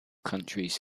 countries